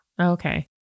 Okay